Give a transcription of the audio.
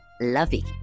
lovey